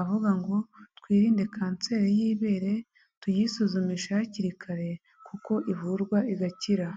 avuga ngo "twirinde kanseri y'ibere, tuyisuzumisha hakiri kare kuko ivurwa igakira".